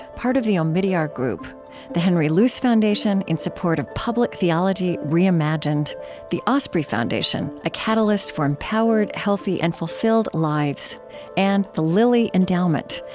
part of the omidyar group the henry luce foundation, in support of public theology reimagined the osprey foundation a catalyst for empowered, healthy, and fulfilled lives and the lilly endowment,